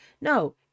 no